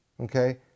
Okay